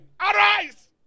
Arise